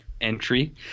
entry